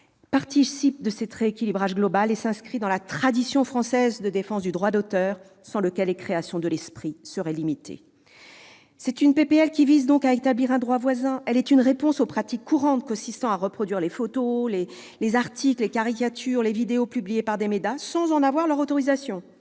participe de ce rééquilibrage global et s'inscrit dans la tradition française de défense du droit d'auteur, sans lequel les créations de l'esprit seraient limitées. Plus précisément, il s'agit d'établir un droit voisin en réponse aux pratiques courantes consistant à reproduire des articles, photos, caricatures ou vidéos publiés par des médias sans avoir l'autorisation